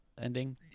ending